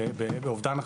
באובדן חיים.